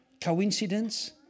Coincidence